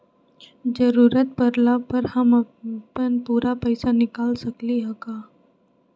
जरूरत परला पर हम अपन पूरा पैसा निकाल सकली ह का?